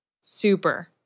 Super